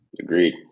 Agreed